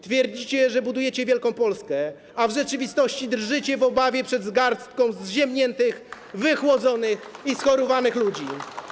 Twierdzicie, że budujecie wielką Polskę, a w rzeczywistości drżycie w obawie przed garstką zziębniętych, wychłodzonych i schorowanych ludzi.